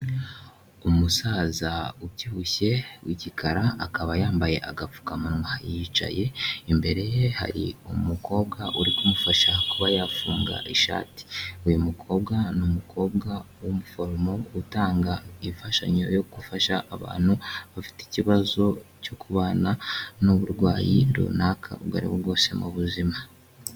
Umusaza ubyibushye w'igikara akaba yambaye agapfukamunwa yicaye. Imbere ye hari umukobwa uri kumufasha kuba yafunga ishati uyu mukobwa ni umukobwa w'umuforomo utanga imfashanyo yo gufasha abantu bafite ikibazo cyo kubana n'uburwayi runaka ubwo aribwo bwose mu buzima.